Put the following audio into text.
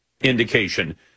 indication